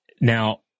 Now